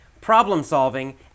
problem-solving